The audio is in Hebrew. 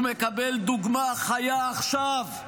הוא מקבל דוגמה חיה עכשיו,